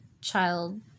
child